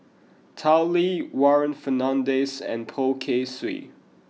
Tao Li Warren Fernandez and Poh Kay Swee